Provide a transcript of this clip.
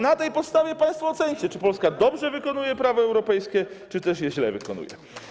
Na tej podstawie państwo oceńcie, czy Polska dobrze wykonuje prawo europejskie, czy też je źle wykonuje.